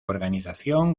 organización